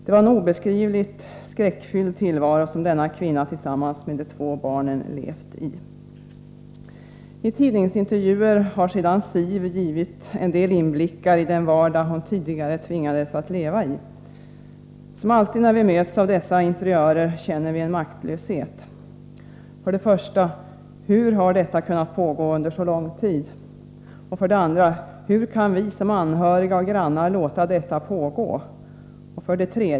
Det var en obeskrivligt skräckfylld tillvaro som Siv tillsammans med de två barnen hade haft. I tidningsintervjuer har sedan Siv givit oss en del inblickar i den vardag hon tidigare tvingades leva i. Som alltid när vi möts av dessa interiörer känner vi maktlöshet. Hur har detta kunnat pågå under så lång tid? Hur kan vi som anhöriga och grannar låta det pågå?